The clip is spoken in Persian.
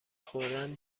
خوردن